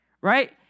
right